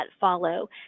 follow